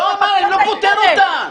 לא, אני לא פוטר אותן.